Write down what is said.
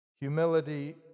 humility